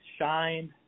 shined